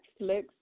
Netflix